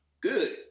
Good